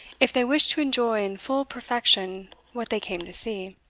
if they wished to enjoy in full perfection what they came to see.